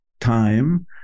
time